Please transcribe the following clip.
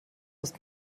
ist